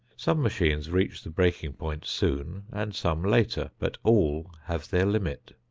some machines reach the breaking point soon and some later, but all have their limit.